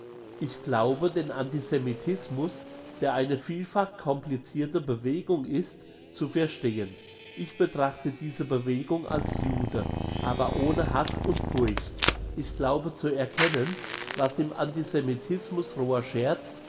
ich glaube den antisemitismus der eine vielfach complicirte bewegung ist zu verstehen ich betrachte diese bewegung als jude aber ohne hass und furcht ich glaube zu erkennen was im antisemitismus roher scherz